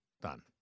done